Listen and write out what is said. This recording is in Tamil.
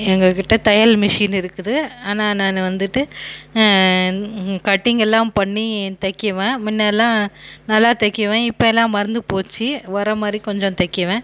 எங்கள்கிட்ட தையல் மிஷின் இருக்குது ஆனால் நான் வந்துட்டு கட்டிங்கெல்லாம் பண்ணி தைக்குவேன் மின்னே எல்லாம் நல்லா தைக்குவேன் இப்போ எல்லாம் மறந்து போச்சு வர மாதிரி கொஞ்சம் தைக்குவேன்